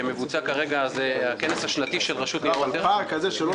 זה הכנס השנתי של רשות ניירות ערך.